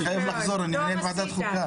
אני מניחה שהסניגור פונה בבקשה לבחון חלופה,